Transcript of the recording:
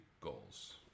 goals